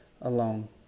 alone